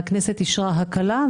הכנסת אישרה הקלה,